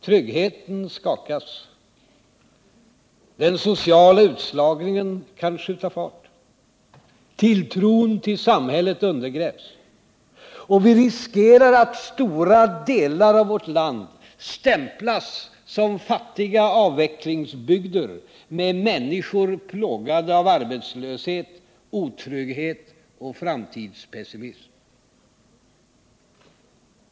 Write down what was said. Tryggheten skakas. Den sociala utslagningen kan skjuta fart. Tilltron till samhället undergrävs, och vi riskerar att stora delar av vårt land stämplas som fattiga avvecklingsbygder med människor plågade av arbetslöshet, otrygghet och framtidspessimism.